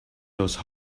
those